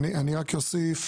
אני רק אוסיף,